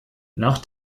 nach